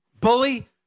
Bully